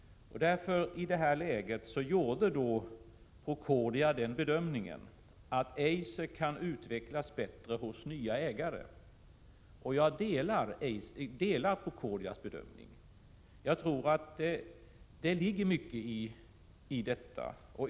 I det läget gjorde Procordia den bedömningen att Eiser kan utvecklas bättre hos nya ägare, och jag delar den bedömningen. Jag tror att det ligger mycket i detta.